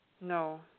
No